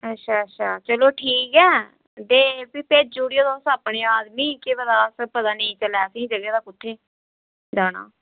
अच्छा अच्छा चलो ठीक ऐ ते लैन बी भेजी ओड़ेओ तुस अपने आदमी केह् पता अस पता नेई चलै फ्ही भलां असें कुत्थै जाना